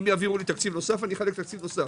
אם יעבירו לי תקציב נוסף אחלק אותו.